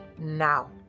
Now